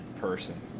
person